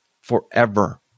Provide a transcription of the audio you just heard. forever